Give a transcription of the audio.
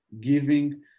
giving